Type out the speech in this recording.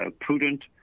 prudent